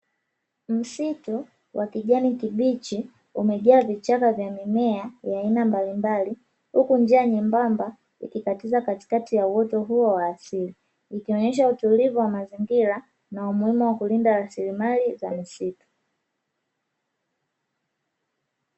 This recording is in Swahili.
Msitu wa kijani kibichi umejaa vichaka vya mimea ya aina mbalimbali , huku njia nyembamba ikikatiza katikati ya uoto huo wa asili, ikionyesha utulivu wa mazingira na umuhimu wa kulinda rasilimali za msitu.